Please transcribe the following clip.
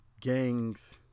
gangs